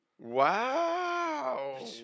Wow